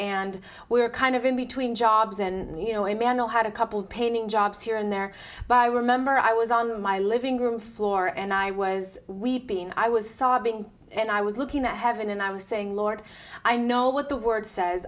and we were kind of in between jobs and you know emanuel had a couple painting jobs here and there but i remember i was on my living room floor and i was weeping i was sobbing and i was looking at heaven and i was saying lord i know what the word says